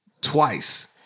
Twice